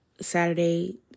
Saturday